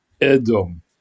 Edom